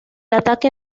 ataque